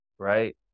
Right